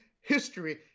history